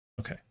Okay